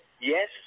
Yes